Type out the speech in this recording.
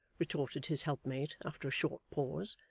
retorted his helpmate, after a short pause,